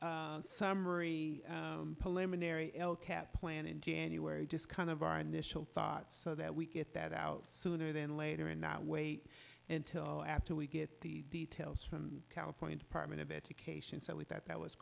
y cap plan in january just kind of our initial thoughts so that we get that out sooner than later and not wait until after we get the details from california department of education so we thought that was